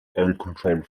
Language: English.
uncontrolled